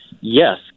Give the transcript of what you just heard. Yes